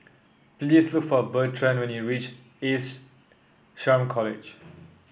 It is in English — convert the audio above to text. please look for Bertrand when you reach Ace SHRM College